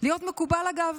להיות מקובל, אגב,